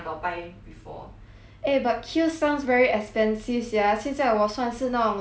eh but Kiehl's sounds very expensive sia 现在我算是那种 like no income 的人 eh